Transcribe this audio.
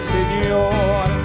Señor